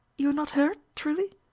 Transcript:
you're not hurt, truly?